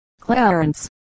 Clarence